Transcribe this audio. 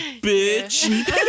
bitch